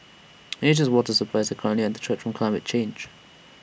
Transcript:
Asia's water supply is currently under threat from climate change